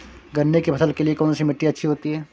गन्ने की फसल के लिए कौनसी मिट्टी अच्छी होती है?